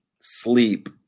sleep